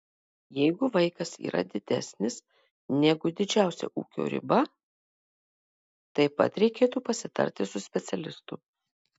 jeigu vaikas yra didesnis negu didžiausia ūgio riba taip pat reikėtų pasitarti su specialistu